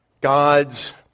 God's